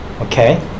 Okay